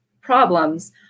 problems